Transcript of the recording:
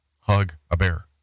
Hug-A-Bear